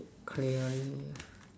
clearly ah